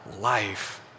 life